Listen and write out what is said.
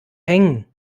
hängen